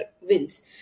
wins